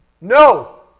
No